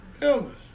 illness